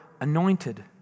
anointed